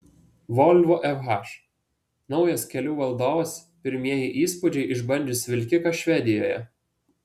volvo fh naujas kelių valdovas pirmieji įspūdžiai išbandžius vilkiką švedijoje